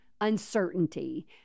uncertainty